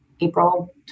April